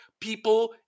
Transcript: people